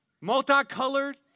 multicolored